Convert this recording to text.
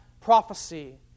prophecy